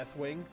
Deathwing